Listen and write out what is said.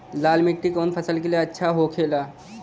लाल मिट्टी कौन फसल के लिए अच्छा होखे ला?